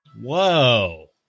Whoa